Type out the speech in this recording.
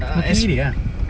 tapi